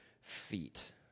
feet